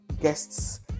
guests